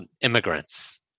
immigrants